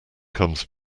comes